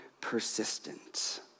persistent